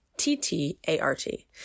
T-T-A-R-T